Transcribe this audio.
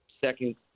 Second